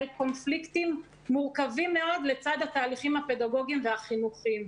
קונפליקטים מורכבים מאוד לצד התהליכים הפדגוגיים והחינוכיים.